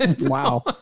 Wow